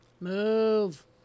move